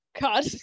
God